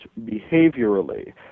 behaviorally